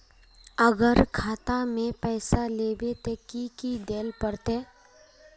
अगर खाता में पैसा लेबे ते की की देल पड़ते?